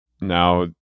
now